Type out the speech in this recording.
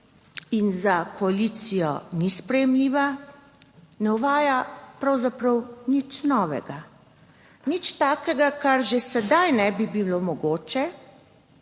in za koalicijo ni sprejemljiva, ne uvaja pravzaprav nič novega, nič takega, kar že sedaj ne bi bilo mogoče,